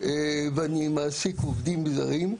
ואני מעסיק עובדים זרים.